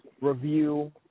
review